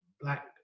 black